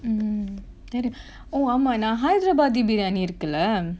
mm தெரியு:theriyu oh ஆமா நா:aamaa naa hyderabadi biryani இருக்குல:irukkula